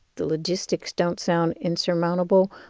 the logistics don't sound insurmountable.